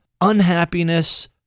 unhappiness